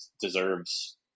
deserves